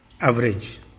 average